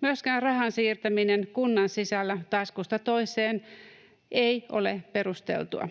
Myöskään rahan siirtäminen kunnan sisällä taskusta toiseen ei ole perusteltua.